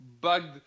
bugged